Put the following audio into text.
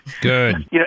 Good